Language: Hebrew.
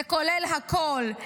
זה כולל הכול,